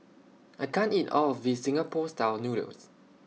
I can't eat All of This Singapore Style Noodles